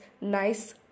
nice